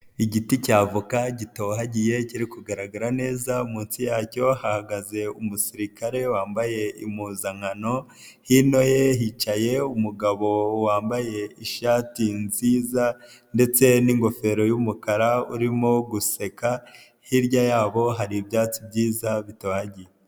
Igiti cya avoka gitohagiye kiri kugaragara neza, munsicyo hahagaze umusirikare wambaye impuzankano, hino ye hicaye umugabo wambaye ishati nziza ndetse n'ingofero y'umukara urimo guseka, hirya yabo hari ibyatsi byiza bitohagiye.